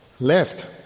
left